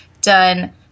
done